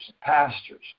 pastors